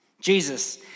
Jesus